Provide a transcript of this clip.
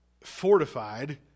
fortified